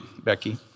Becky